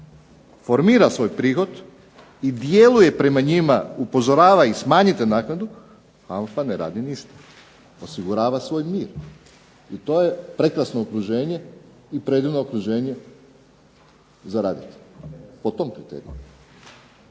formira svoj prihod i djeluje prema njima, upozorava ih smanjite naknadu, HANFA ne radi ništa. Osigurava svoj mir. I to je prekrasno okruženje i predivno okruženje za raditi. Po tom pitanju